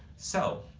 so,